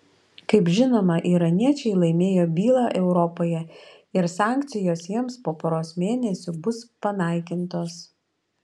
kaip žinoma iraniečiai laimėjo bylą europoje ir sankcijos jiems po poros mėnesių bus panaikintos